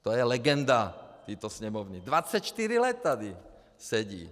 To je legenda této Sněmovny, 24 let tady sedí.